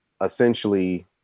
essentially